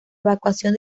evacuación